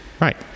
right